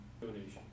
donation